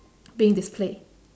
being displayed